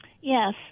Yes